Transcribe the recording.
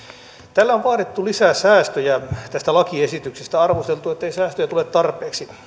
täällä on vaadittu lisää säästöjä tästä lakiesityksestä arvosteltu ettei säästöjä tule tarpeeksi